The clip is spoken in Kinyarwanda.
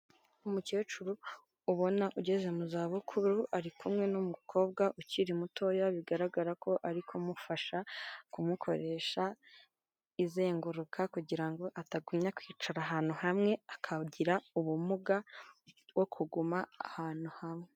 Umukecuru ubona ugeze mu za bukuru ari kumwe n'umukobwa ukiri mutoya, bigaragara ko ari kumufasha kumukoresha izenguruka kugira ngo atagumya kwicara ahantu hamwe akagira ubumuga bwo kuguma ahantu hamwe.